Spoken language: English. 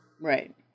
Right